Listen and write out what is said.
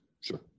sure